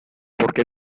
porque